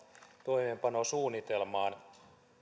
toimeenpanosuunnitelmaan